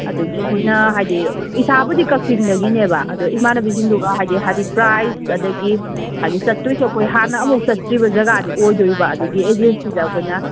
ꯑꯗꯨꯒꯤ ꯑꯩꯈꯣꯏꯅ ꯍꯥꯏꯗꯤ ꯏꯁꯥꯕꯨꯗꯤ ꯀꯛꯆꯤꯡꯗꯒꯤꯅꯦꯕ ꯑꯗ ꯏꯃꯥꯟꯅꯕꯤꯁꯤꯡꯗꯨꯒ ꯍꯥꯏꯗꯤ ꯄ꯭ꯔꯥꯖ ꯑꯗꯒꯤ ꯍꯥꯏꯗꯤ ꯆꯠꯇꯣꯏꯁꯤ ꯑꯩꯈꯣꯏ ꯍꯥꯟꯅ ꯑꯃꯨꯛꯐꯥꯎ ꯆꯠꯇ꯭ꯔꯤꯕ ꯖꯒꯥꯗꯤ ꯑꯣꯏꯗꯣꯏꯕ ꯑꯗꯨꯒꯤ ꯑꯦꯖꯦꯟꯁꯤꯗ ꯑꯩꯈꯣꯏꯅ